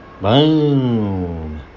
BOOM